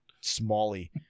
Smalley